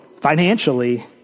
financially